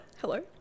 Hello